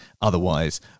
otherwise